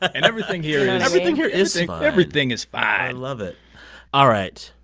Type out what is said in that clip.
and everything here and and everything here is. everything is fine i love it all right.